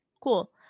cool